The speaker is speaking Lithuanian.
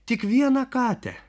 tik vieną katę